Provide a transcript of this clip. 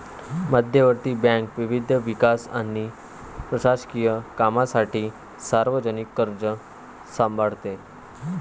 मध्यवर्ती बँक विविध विकास आणि प्रशासकीय कामांसाठी सार्वजनिक कर्ज सांभाळते